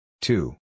Two